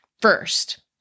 First